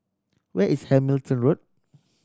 where is Hamilton Road